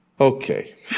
Okay